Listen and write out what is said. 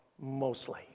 mostly